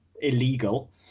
illegal